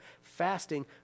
fasting